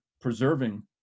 preserving